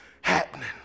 happening